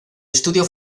estudio